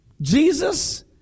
Jesus